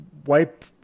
Wipe